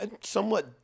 somewhat